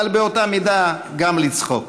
אבל באותה מידה גם לצחוק.